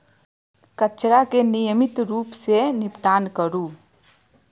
कचरा के नियमित रूप सं निपटान करू